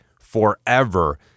forever